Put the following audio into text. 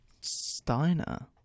Steiner